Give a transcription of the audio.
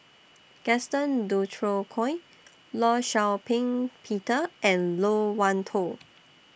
Gaston Dutronquoy law Shau Ping Peter and Loke Wan Tho